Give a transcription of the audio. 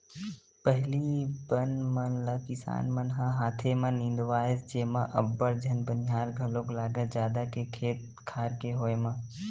पहिली बन मन ल किसान मन ह हाथे म निंदवाए जेमा अब्बड़ झन बनिहार घलोक लागय जादा के खेत खार के होय म